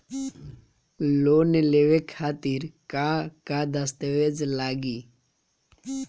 Loan लेवे खातिर का का दस्तावेज लागी?